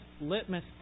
litmus